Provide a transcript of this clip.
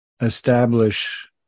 establish